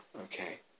okay